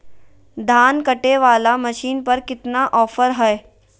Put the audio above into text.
धान कटे बाला मसीन पर कितना ऑफर हाय?